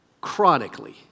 chronically